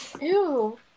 Ew